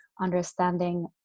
understanding